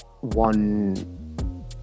one